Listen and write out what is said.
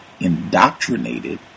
indoctrinated